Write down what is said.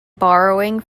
borrowing